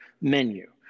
menu